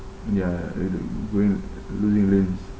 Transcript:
ya it going losing limbs